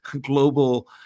global